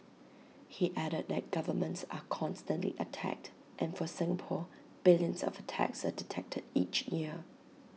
he added that governments are constantly attacked and for Singapore billions of attacks are detected each year